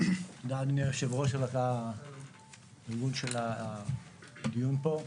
תודה, אדוני היושב-ראש, על ארגון של הדיון פה.